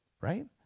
right